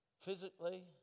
Physically